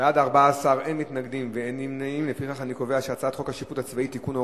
את הצעת חוק השיפוט הצבאי (תיקון,